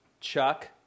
Chuck